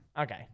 Okay